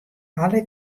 alle